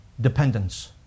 Dependence